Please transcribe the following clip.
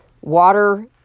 Water